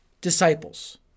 disciples